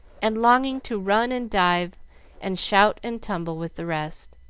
and longing to run and dive and shout and tumble with the rest.